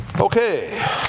Okay